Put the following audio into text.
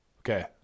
Okay